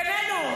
בינינו,